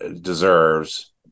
deserves